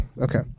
okay